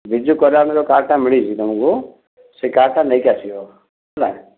ବିଜୁକଲ୍ୟାଣର ଯେଉଁ କାର୍ଡ଼୍ଟା ମିଳିଛି ତୁମକୁ ସେଇ କାର୍ଡ଼୍ଟା ନେଇକି ଆସିବ ହେଲା